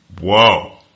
Whoa